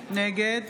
נגד